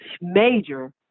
major